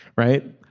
right.